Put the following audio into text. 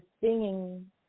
singing